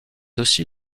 aussi